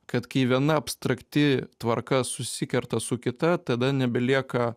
kad kai viena abstrakti tvarka susikerta su kita tada nebelieka